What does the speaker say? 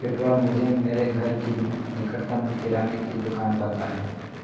कृपया मुझे मेरे घर के निकटतम किराने की दुकान बताएँ